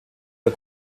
der